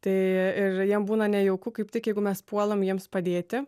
tai ir jiem būna nejauku kaip tik jeigu mes puolam jiems padėti